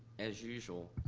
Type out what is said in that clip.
as usual,